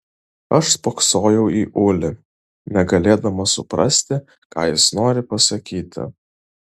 aš spoksojau į ulį negalėdama suprasti ką jis nori pasakyti